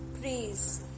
praise